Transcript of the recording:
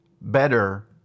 better